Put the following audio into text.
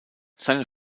seine